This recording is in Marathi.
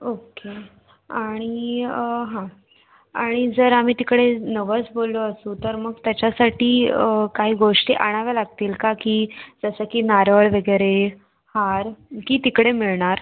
ओके आणि हां आणि जर आम्ही तिकडे नवस बोललो असू तर मग त्याच्यासाठी काही गोष्टी आणाव्या लागतील का की जसं की नारळ वगैरे हार की तिकडे मिळणार